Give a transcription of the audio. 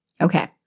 Okay